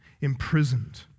imprisoned